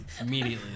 immediately